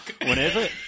whenever